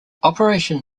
operation